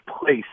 place